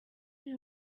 you